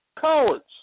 Cowards